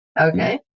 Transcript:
Okay